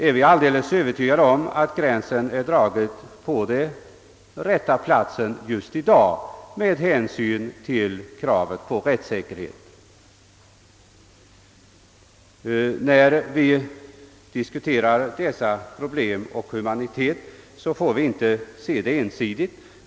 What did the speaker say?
Är vi alldeles övertygade om att gränsen för närvarande är rätt dragen med hänsyn till kravet på rättssäkerhet? När vi diskuterar humanitetens krav får vi inte se problemet ensidigt.